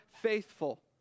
faithful